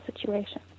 situation